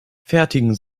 fertigen